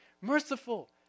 merciful